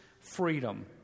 freedom